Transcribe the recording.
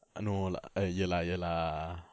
no lah err ya lah ya lah